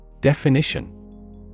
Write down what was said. Definition